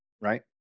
right